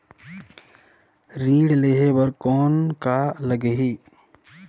ऋण लेहे बर कौन का लगही?